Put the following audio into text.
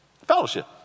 Fellowship